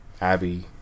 Abby